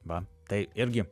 va tai irgi